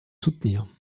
soutenir